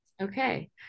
Okay